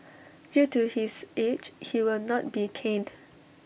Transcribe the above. due to his age he will not be caned